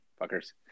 fuckers